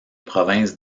provinces